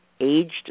aged